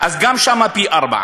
אז גם שם פי-ארבעה.